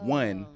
one